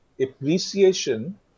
appreciation